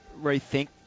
rethink